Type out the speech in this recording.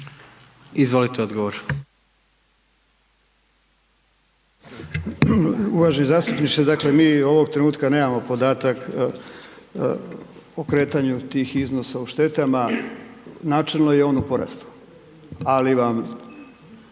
Mile (SDSS)** Uvaženi zastupniče, dakle mi ovog trenutka nemamo podatak o kretanju tih iznosa u štetama, načelno je on u porastu, ali vam